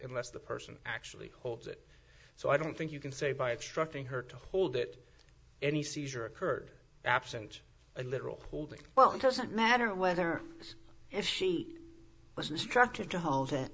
unless the person actually holds it so i don't think you can say by obstructing her to hold it any seizure occurred absent a literal holding well it doesn't matter whether or if she was instructed to hold it